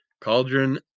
Cauldron